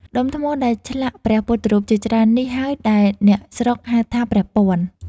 ដុំថ្មដែលឆ្លាក់ព្រះពុទ្ធរូបជាច្រើននេះហើយដែលអ្នកស្រុកហៅថា “ព្រះពាន់”។